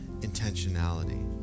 intentionality